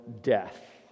death